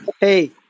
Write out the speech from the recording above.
Hey